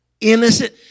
Innocent